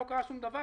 לא קרה שום דבר,